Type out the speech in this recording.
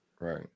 Right